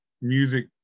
music